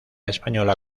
española